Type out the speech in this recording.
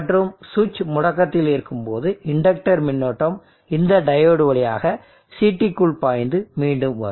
மற்றும் சுவிட்ச் முடக்கத்தில் இருக்கும்போது இண்டக்டர் மின்னோட்டம் இந்த டையோடு வழியாக CTக்குள் பாய்ந்து மீண்டும் வரும்